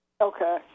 Okay